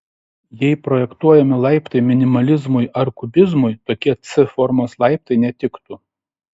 jei projektuojami laiptai minimalizmui ar kubizmui tokie c formos laiptai netiktų